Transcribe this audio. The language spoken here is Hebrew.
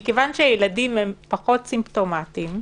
כיוון שהילדים הם פחות סימפטומטיים,